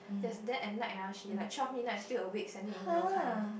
yes then at night ah she like twelve midnight still awake sending email kind